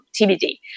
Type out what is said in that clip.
TBD